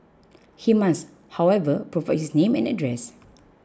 he must however provide his name and address